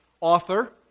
Author